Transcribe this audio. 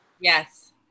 Yes